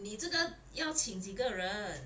你这个要请几个人